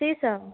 शीशम